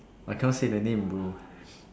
I can't say the name bro